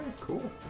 cool